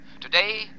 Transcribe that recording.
Today